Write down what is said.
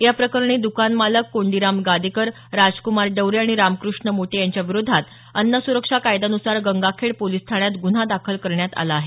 या प्रकरणी दकान मालक कोंडीराम गादेकर राजकुमार डवरे आणि रामकृष्ण मोटे यांच्याविरोधात अन्न सुरक्षा कायद्यान्सार गंगाखेड पोलीस ठाण्यात गन्हा दाखल करण्यात आला आहे